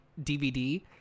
DVD